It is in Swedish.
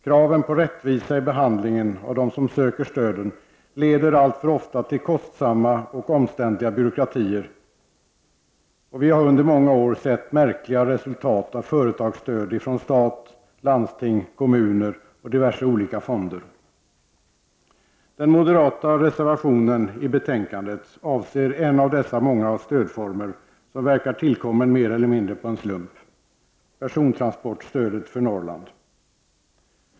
Kraven på rättvisa i behandlingen av de som söker stöden leder alltför ofta till kostsamma och omständliga byråkratier. Vi har under många år sett märkliga resultat av företagsstöd från staten, landstingen, kommunerna och diverse olika fonder. Den moderata reservationen till betänkandet avser en av dessa många stödformer, som verkar tillkommen mer eller mindre av en slump: persontransportstödet för Norrland.